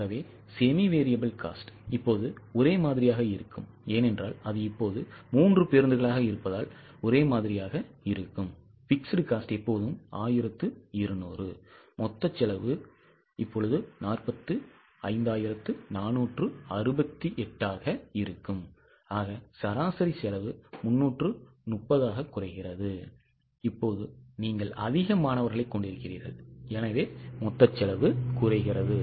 semi variable cost இப்போது ஒரே மாதிரியாக இருக்கும் ஏனென்றால் அது இப்போது மூன்று பேருந்துகளாக இருப்பதால் ஒரே மாதிரியாக இருக்கும் fixed cost எப்போதும் 1200 மொத்த செலவு இப்போது 45468 ஆக இருக்கும் சராசரி செலவு 303 ஆக குறைகிறது